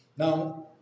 Now